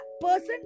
person